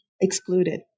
excluded